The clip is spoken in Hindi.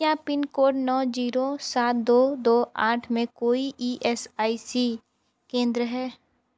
क्या पिन कोड नौ जीरो सात दो दो आठ में कोई ई एस आई सी केंद्र हैं